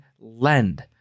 lend